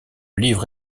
livre